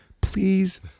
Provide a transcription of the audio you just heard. please